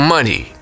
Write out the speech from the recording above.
Money